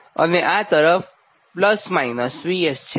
અને આ તરફ VS છે